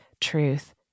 truth